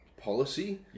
policy